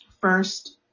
first